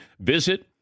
Visit